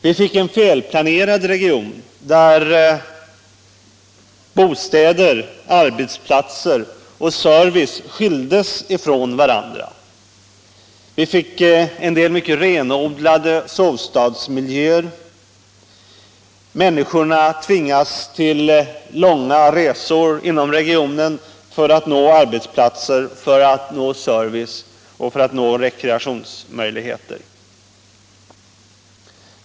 Vi fick en felplanerad region, där bostäder, arbetsplatser och service skildes från varandra. Vi fick en del mycket renodlade sovstadsmiljöer. Människorna tvingades till långa resor inom regionen för att nå arbetsplatser, service och rekreationsmöjligheter.